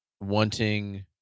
wanting